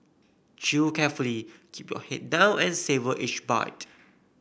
chew carefully keep your head down and savour each bite